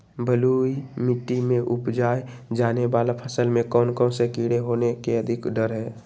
बलुई मिट्टी में उपजाय जाने वाली फसल में कौन कौन से कीड़े होने के अधिक डर हैं?